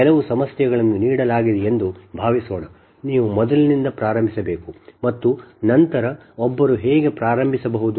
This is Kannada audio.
ಕೆಲವು ಸಮಸ್ಯೆಗಳನ್ನು ನೀಡಲಾಗಿದೆಯೆಂದು ಭಾವಿಸೋಣ ನೀವು ಮೊದಲಿನಿಂದ ಪ್ರಾರಂಭಿಸಬೇಕು ಮತ್ತು ನಂತರ ಒಬ್ಬರು ಹೇಗೆ ಪ್ರಾರಂಭಿಸಬಹುದು